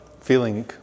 feeling